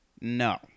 No